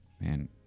man